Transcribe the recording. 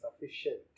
sufficient